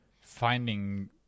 finding